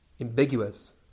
ambiguous